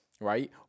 right